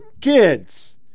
kids